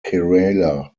kerala